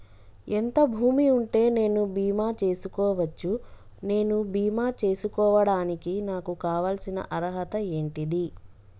ఎంత భూమి ఉంటే నేను బీమా చేసుకోవచ్చు? నేను బీమా చేసుకోవడానికి నాకు కావాల్సిన అర్హత ఏంటిది?